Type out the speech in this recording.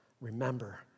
Remember